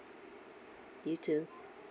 you too